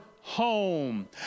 home